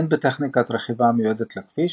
הן בטכניקת רכיבה המיועדת לכביש,